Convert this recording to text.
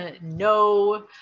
no